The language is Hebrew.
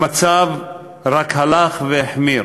המצב רק הלך והחמיר.